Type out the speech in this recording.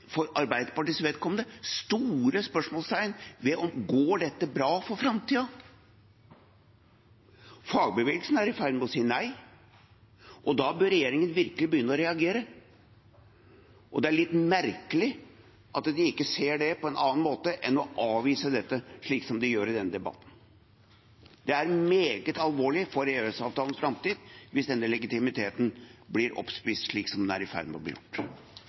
for Arbeiderpartiets vedkommende store spørsmål ved om dette går bra for framtiden. Fagbevegelsen er i ferd med å si nei, og da bør regjeringen virkelig begynne å reagere. Det er litt merkelig at de ikke ser det på en annen måte enn ved å avvise det, slik de gjør i denne debatten. Det er meget alvorlig for EØS-avtalens framtid hvis legitimiteten blir oppspist, slik den er i ferd med å bli.